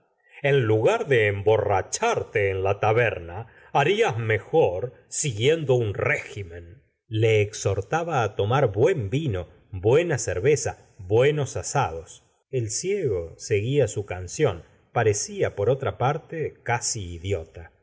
en lugar de emborracharte en la taberna harías mejor siguiendo un régimen le exhortaba á tomar buen vino buena cerveza buenos asados el ciego seguía su canción parecía por otra parte casi idiota